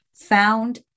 found